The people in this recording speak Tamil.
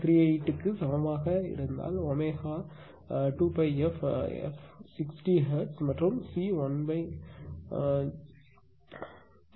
38 க்கு சமமாக இருந்தால் ஒமேகா 2 pi F மற்றும் C 1க்கு சமம் ωXC